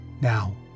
Now